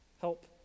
Help